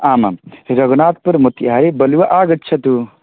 आम् आं रघुनाथपुरमध्ये बलुव आगच्छतु